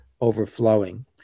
overflowing